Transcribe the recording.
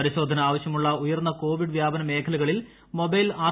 പരിശോധന ആവശ്യമുള്ള ഉയർന്ന കോവിഡ് വ്യാപന മേഖലകളിൽ മൊബൈൽ ആർ